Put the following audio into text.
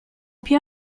più